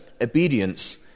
obedience